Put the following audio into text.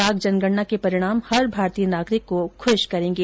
बाघ जनगणना के परिणाम हर भारतीय नागरिक को ख्श करेंगे